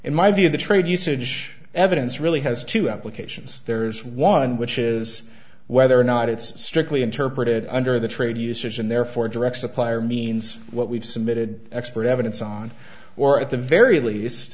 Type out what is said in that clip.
in my view the trade usage evidence really has two applications there's one which is whether or not it's strictly interpreted under the trade usage and therefore direct supplier means what we've submitted expert evidence on or at the very least